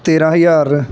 ਤੇਰਾਂ ਹਜ਼ਾਰ